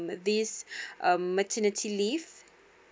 this um maternity leave